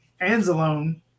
Anzalone